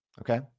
okay